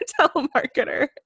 telemarketer